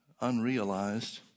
unrealized